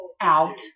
out